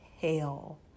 hell